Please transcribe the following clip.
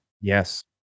Yes